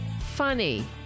funny